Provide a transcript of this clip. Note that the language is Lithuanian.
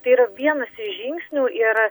tai yra vienas iš žingsnių ir